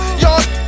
y'all